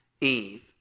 Eve